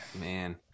man